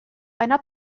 einer